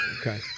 Okay